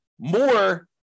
more